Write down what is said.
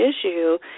issue